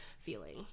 feeling